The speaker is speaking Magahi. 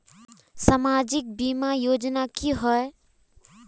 सामाजिक बीमा योजना की होय?